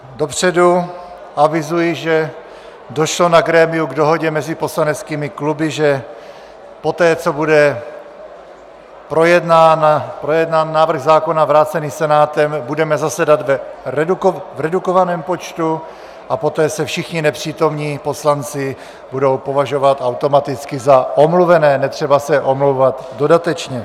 Dopředu avizuji, že došlo na grémiu k dohodě mezi poslaneckými kluby, že poté, co bude projednán návrh zákona vrácený Senátem, budeme zasedat v redukovaném počtu, a poté se všichni nepřítomní poslanci budou považovat automaticky za omluvené, netřeba se omlouvat dodatečně.